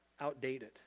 outdated